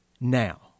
now